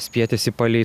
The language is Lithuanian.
spietėsi palei